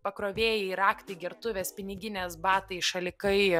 pakrovėjai raktai gertuvės piniginės batai šalikai